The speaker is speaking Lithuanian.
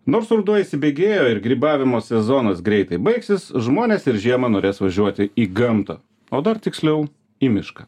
nors ruduo įsibėgėjo ir grybavimo sezonas greitai baigsis žmonės ir žiemą norės važiuoti į gamtą o dar tiksliau į mišką